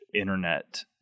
internet